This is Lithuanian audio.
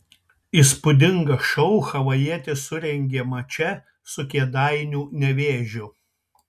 įspūdingą šou havajietis surengė mače su kėdainių nevėžiu